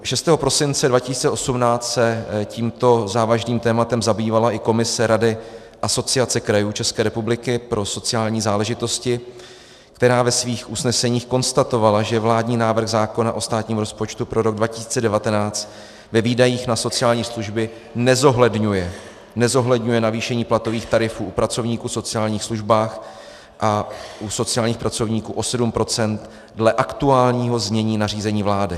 Šestého prosince 2018 se tímto závažným tématem zabývala i komise Rady Asociace krajů České republiky pro sociální záležitosti, která ve svých usneseních konstatovala, že vládní návrh zákona o státním rozpočtu pro rok 2019 ve výdajích na sociální služby nezohledňuje, nezohledňuje navýšení platových tarifů u pracovníků v sociálních službách a u sociálních pracovníků o 7 % dle aktuálního znění nařízení vlády.